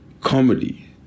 comedy